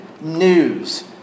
news